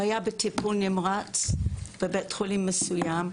הוא היה בטיפול נמרץ בבית חולים מסוים,